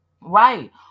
right